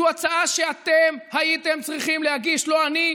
זו הצעה שאתם הייתם צריכים להגיש, לא אני.